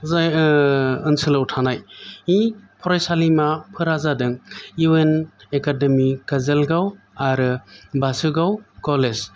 जाय ओनसोलाव थानाय फरायसालिमाफोरा जादों इउ एन एकादेमी काजोलगाव आरो बासुगाव कलेज